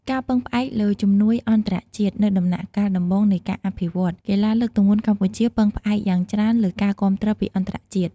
ការពឹងផ្អែកលើជំនួយអន្តរជាតិ នៅដំណាក់កាលដំបូងនៃការអភិវឌ្ឍន៍ កីឡាលើកទម្ងន់កម្ពុជាពឹងផ្អែកយ៉ាងច្រើនលើ ការគាំទ្រពីអន្តរជាតិ។